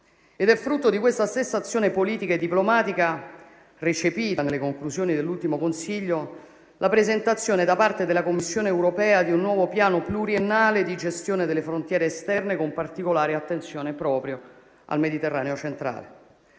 È frutto di questa stessa azione politica e diplomatica, recepita nelle conclusioni dell'ultimo Consiglio, la presentazione da parte della Commissione europea di un nuovo piano pluriennale di gestione delle frontiere esterne, con particolare attenzione proprio al Mediterraneo centrale.